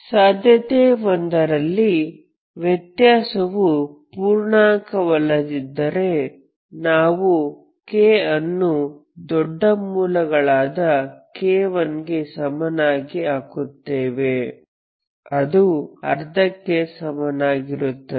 ಸಾಧ್ಯತೆ 1 ರಲ್ಲಿ ವ್ಯತ್ಯಾಸವು ಪೂರ್ಣಾಂಕವಲ್ಲದಿದ್ದರೆ ನಾವು k ಅನ್ನು ದೊಡ್ಡ ಮೂಲಗಳಾದ k1 ಗೆ ಸಮವಾಗಿ ಹಾಕುತ್ತೇವೆ ಅದು ಅರ್ಧಕ್ಕೆ ಸಮಾನವಾಗಿರುತ್ತದೆ